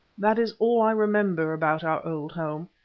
that is all i remember about our old home.